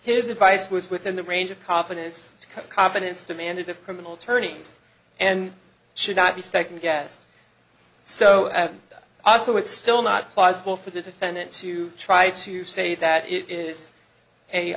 his advice was within the range of confidence confidence demanded of criminal attorneys and should not be second guessed so also it's still not possible for the defendant to try to say that it is a